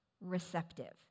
receptive